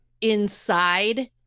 inside